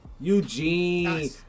Eugene